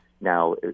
now